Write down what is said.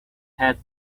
had